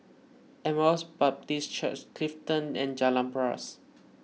Emmaus Baptist Church Clifton and Jalan Paras